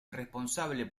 responsable